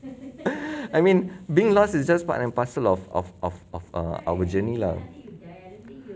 I mean being lost is just part and parcel of of of of err our journey lah